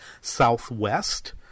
Southwest